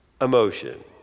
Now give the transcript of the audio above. emotion